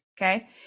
okay